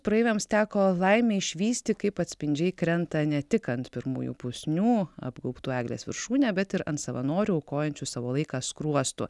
praeiviams teko laimė išvysti kaip atspindžiai krenta ne tik ant pirmųjų pusnių apgaubtų eglės viršūnę bet ir ant savanorių aukojančių savo laiką skruostų